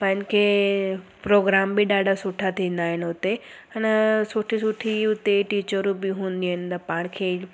पाण खे प्रोग्राम बि ॾाढा सुठा थींदा आहिनि हुते हिन सुठी सुठी हुते टीचरूं बि हूंदी आहिनि न पाण खे